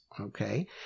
okay